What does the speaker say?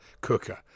cooker